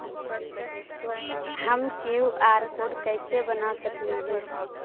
हम QR code कैसे बना सकली ही?